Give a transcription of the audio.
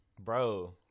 Bro